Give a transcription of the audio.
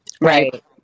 Right